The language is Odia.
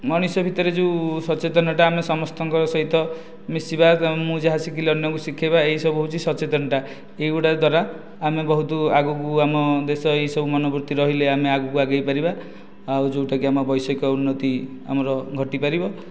ମଣିଷ ଭିତରେ ଯେଉଁ ସଚେତନତା ଆମେ ସମସ୍ତଙ୍କ ସହିତ ମିଶିବା ମୁଁ ଯାହା ଶିଖିଲି ଅନ୍ୟଙ୍କୁ ଶିଖାଇବା ଏହିସବୁ ହେଉଛି ସଚେତନତା ଏହିଗୁଡ଼ା ଦ୍ଵାରା ଆମେ ବହୁତ ଆଗକୁ ଆମ ଦେଶ ଏହିସବୁ ମନୋବୃତ୍ତି ରହିଲେ ଆମେ ଆଗକୁ ଆଗେଇ ପାରିବା ଆଉ ଯେଉଁଟାକି ଆମ ବୈଷୟିକ ଉନ୍ନତି ଆମର ଘଟିପାରିବ